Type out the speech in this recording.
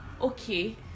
okay